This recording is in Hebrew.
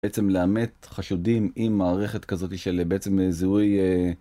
בעצם לאמת חשודים עם מערכת כזאת של אהה. , של בעצם זהוי...